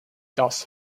does